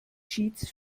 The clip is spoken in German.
cheats